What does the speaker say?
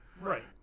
Right